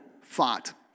fought